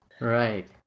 Right